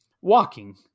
walking